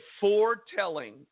foretelling